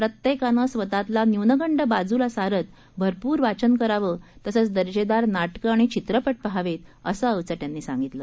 प्रत्येकाने स्वतःतला न्यूनगंड बाजूला सारत भरपूर वाचन करावं तसंच दर्जेदार नाटकं आणि चित्रपट पहावेत असं अवचट यांनी सांगितलं